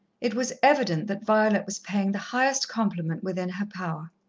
it was evident that violet was paying the highest compliment within her power.